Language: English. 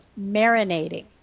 marinating